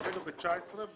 כרגע ב-2019,